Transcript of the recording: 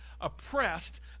oppressed